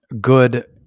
good